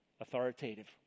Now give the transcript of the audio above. Authoritative